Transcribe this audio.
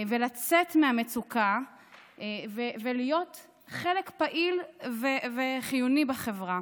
לצאת מהמצוקה ולהיות חלק פעיל וחיוני בחברה.